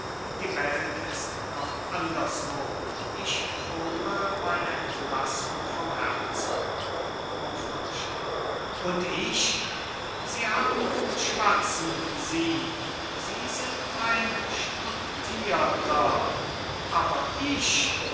die welt ist noch anderswo ich fordre meine entlassung vom herzog hofmarschall und ich sie haben gut schwatzen sie sie sind ein studierter aber ich